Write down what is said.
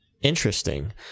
interesting